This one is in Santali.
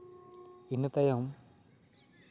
ᱤᱱᱟᱹ ᱛᱟᱭᱚᱢ